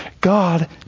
God